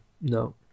no